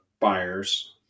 buyers